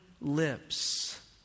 lips